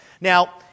Now